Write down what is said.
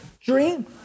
dream